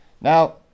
Now